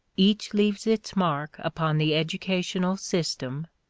each leaves its mark upon the educational system,